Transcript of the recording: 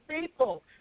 people